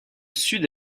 sud